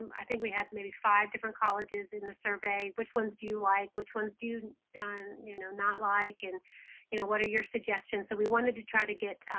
i think we had maybe five different colleges in the survey which ones do you like, which ones do you know not like, and you know what are your suggestions. so we wanted to try to get